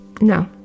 No